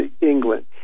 England